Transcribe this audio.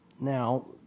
now